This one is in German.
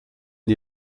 die